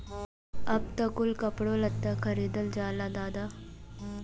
अब त कुल कपड़ो लत्ता खरीदल जाला दादा